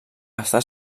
està